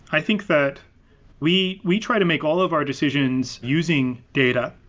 i think that we we try to make all of our decisions using data,